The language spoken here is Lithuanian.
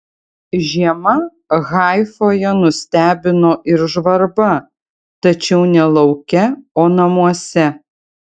žiema haifoje nustebino ir žvarba tačiau ne lauke o namuose